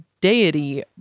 deity